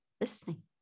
listening